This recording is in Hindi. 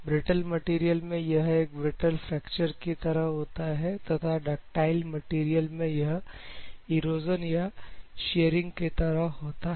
ब्रिटल मैटेरियल में यह एक ब्रिटल फैक्चर की तरह होता है तथा डक्टाइल मैटेरियल में यह इरोजन या शेयरिंग की तरह होता है